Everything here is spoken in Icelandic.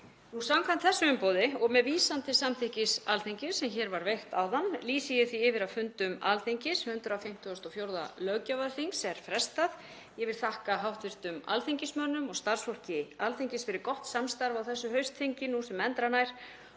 Samkvæmt þessu umboði og með vísan til samþykkis Alþingis sem hér var veitt áðan lýsi ég því yfir að fundum Alþingis, 154. löggjafarþings, er frestað. Ég vil þakka hv. alþingismönnum og starfsfólki Alþingis fyrir gott samstarf á þessu haustþingi nú sem endranær